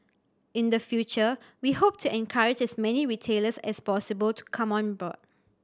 in the future we hope to encourage as many retailers as possible to come on board